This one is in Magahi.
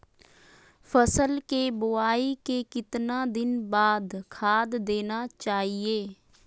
फसल के बोआई के कितना दिन बाद खाद देना चाइए?